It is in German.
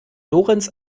lorenz